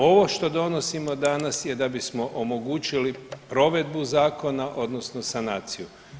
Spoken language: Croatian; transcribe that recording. Ovo što donosimo danas je da bismo omogućili provedbu zakona odnosno sanaciju.